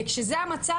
וכשזה המצב,